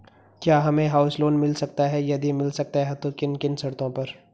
क्या हमें house loan मिल सकता है यदि मिल सकता है तो किन किन शर्तों पर?